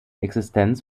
existenz